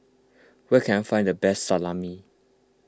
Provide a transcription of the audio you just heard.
where can I find the best Salami